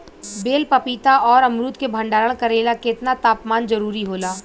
बेल पपीता और अमरुद के भंडारण करेला केतना तापमान जरुरी होला?